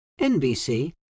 NBC